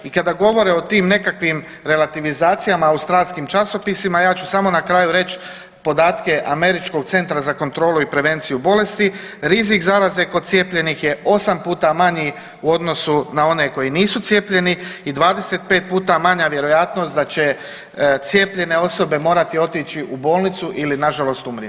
I kada govore o tim nekakvim relativizacijama u australskim časopisima ja ću samo na kraju reć podatke Američkog centra za kontrolu i prevenciju bolesti, rizik zaraze kod cijepljenih je 8 puta manji u odnosu na one koji nisu cijepljeni i 25 puta manja vjerojatnost da će cijepljene osobe morati otići u bolnicu ili nažalost umrijeti.